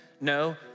no